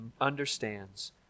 understands